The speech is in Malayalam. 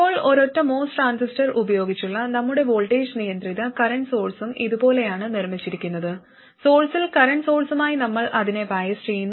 ഇപ്പോൾ ഒരൊറ്റ MOS ട്രാൻസിസ്റ്റർ ഉപയോഗിച്ചുള്ള നമ്മുടെ വോൾട്ടേജ് നിയന്ത്രിത കറന്റ് സോഴ്സും ഇതുപോലെയാണ് നിർമ്മിച്ചിരിക്കുന്നത് സോഴ്സിൽ കറന്റ് സോഴ്സുമായി നമ്മൾ അതിനെ ബയസ് ചെയ്യുന്നു